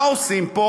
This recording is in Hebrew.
מה עושים פה?